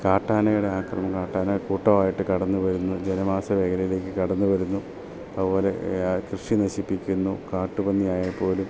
കാട്ടാനയുടെ ആക്രമണം കാട്ടാന കൂട്ടമായിട്ട് കടന്ന് വരുന്നു ജനവാസ മേഘലയിലേക്ക് കടന്ന് വരുന്നു അതുപോലെ കൃഷി നശിപ്പിക്കുന്നു കാട്ട്പന്നിയായാൽ പോലും